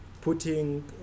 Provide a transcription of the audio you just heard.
putting